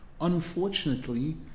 unfortunately